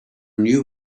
knew